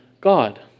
God